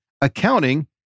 accounting